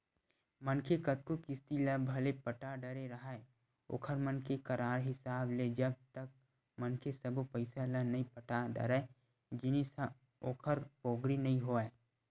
मनखे कतको किस्ती ल भले पटा डरे राहय ओखर मन के करार हिसाब ले जब तक मनखे सब्बो पइसा ल नइ पटा डरय जिनिस ह ओखर पोगरी नइ होवय